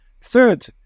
Third